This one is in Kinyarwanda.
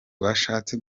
bashatse